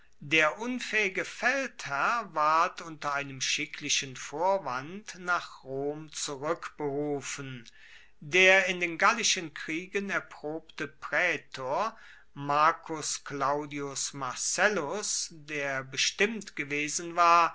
der unfaehige feldherr ward unter einem schicklichen vorwand nach rom zurueckberufen der in den gallischen kriegen erprobte praetor marcus claudius marcellus der bestimmt gewesen war